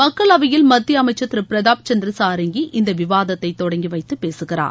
மக்களவையில் மத்திய அமைச்சர் திரு பிரதாப் சந்திர சாரங்கி இந்த விவாதத்தை தொடங்கி வைத்து பேசுகிறார்